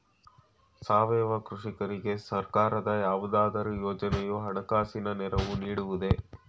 ಸಾವಯವ ಕೃಷಿಕರಿಗೆ ಸರ್ಕಾರದ ಯಾವುದಾದರು ಯೋಜನೆಯು ಹಣಕಾಸಿನ ನೆರವು ನೀಡುವುದೇ?